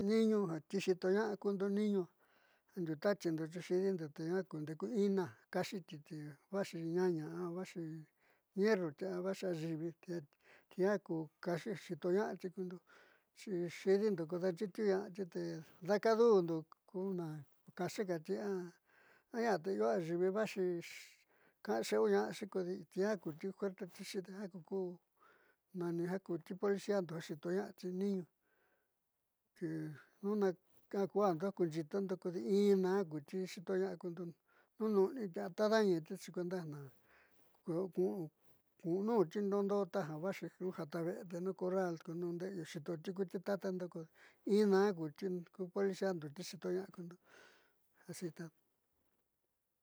Niiñuu atixiitoña'ati kukdo niñuu ndiutatiundo xi xi'idindo te nuaá kundeeku ina kaaxiiti te vaaxi ñaña a vaaxi ñerruti a vaaxi ayiivi ti jiaa ku kaaxi xiitoña'ati kundo xi xi'idindo ko daanxiitoña'ati te dakodundo ku na kaaxiti a ñaa te io ayiivi vaaxi kaaxe'euña'axi kodi jiaa ti fuerte ku ja nani policia ja xiitoña'ati ni ñuu tenuja akujando kuuxiitondo kodi ina jiaa kuti xiitoña'a kundo nuu nu'uniti a taadaañati xi kuenda na ja nakuunuuti ndoo ndoo taja vaaxi kuja tave'e te nu korral ku nuu nde'eyu xitoti ku tatando ko ina ja kuti policiando te xiitoña'a kundo.